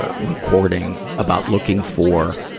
ah recording, about looking for,